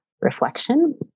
reflection